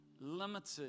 limited